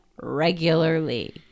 regularly